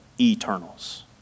eternals